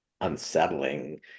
unsettling